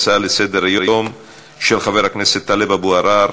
הצעה לסדר-היום מס' 2862 של חבר הכנסת טלב אבו עראר.